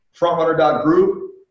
Frontrunner.group